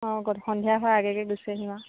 অঁ সন্ধিয়া হোৱাৰ আগে আগে গুচি আহিম আৰু